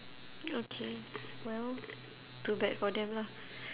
okay well too bad for them lah